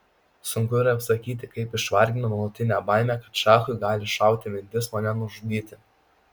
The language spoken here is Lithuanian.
sunku ir apsakyti kaip išvargino nuolatinė baimė kad šachui gali šauti mintis mane nužudyti